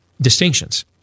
distinctions